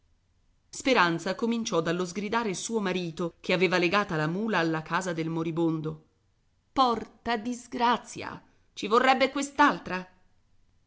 speranza cominciò dallo sgridare suo marito che aveva legata la mula alla casa del moribondo porta disgrazia ci vorrebbe